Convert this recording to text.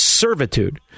servitude